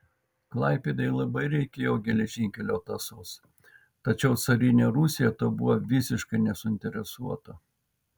klaipėdai labai reikėjo geležinkelio tąsos tačiau carinė rusija tuo buvo visiškai nesuinteresuota